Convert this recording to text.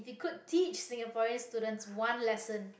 if you could teach singaporean students one lesson